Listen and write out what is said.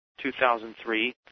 2003